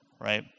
right